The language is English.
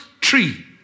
tree